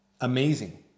amazing